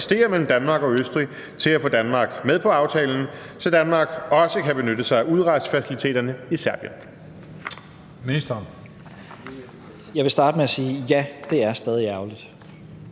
Jeg vil starte med at sige: Ja, det er stadig ærgerligt.